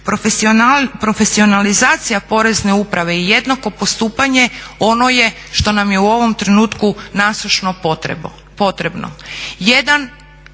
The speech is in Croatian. Profesionalizacija Porezne uprave i jednako postupanje ono je što nam je u ovom trenutku nasušno potrebno.